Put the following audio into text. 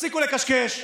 תפסיקו לקשקש.